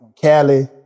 Cali